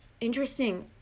Interesting